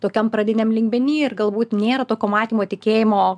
tokiam pradiniam lygmeny ir galbūt nėra tokio matymo tikėjimo